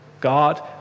God